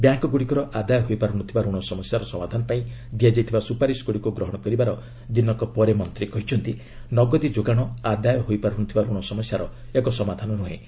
ବ୍ୟାଙ୍କ୍ଗୁଡ଼ିକର ଆଦାୟ ହୋଇପାରୁନଥିବା ଋଣ ସମସ୍ୟାର ସମାଧାନ ପାଇଁ ଦିଆଯାଇଥିବା ସୁପାରିଶଗୁଡ଼ିକୁ ଗ୍ରହଣ କରିବାର ଦିନକ ପରେ ମନ୍ତ୍ରୀ କହିଛନ୍ତି ନଗଦି ଯୋଗାଣ ଆଦାୟ ହୋଇପାରୁନଥିବା ଋଣ ସମସ୍ୟାର ସମାଧାନ ନୁହେଁ